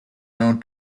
known